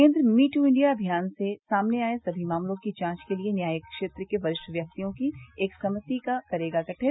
केन्द्र me too India अभियान से सामने आए सभी मामलों की जांच के लिए न्यायिक क्षेत्र के वरिष्ठ व्यक्तियों की एक सभिति करेगा गठित